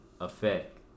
effect